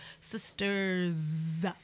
sisters